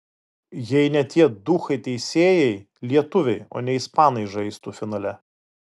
jei ne tie duchai teisėjai lietuviai o ne ispanai žaistų finale